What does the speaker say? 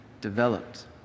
developed